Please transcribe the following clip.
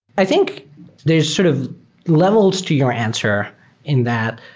i think there's sort of levels to your answer in that.